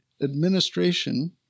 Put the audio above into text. administration